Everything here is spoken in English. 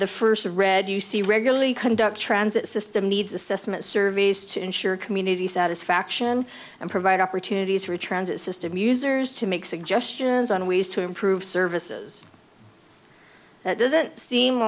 the first of red you see regularly conduct transit system needs assessment surveys to ensure community satisfaction and provide opportunities for transit system users to make suggestions on ways to improve services that doesn't seem